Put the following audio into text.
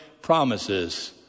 promises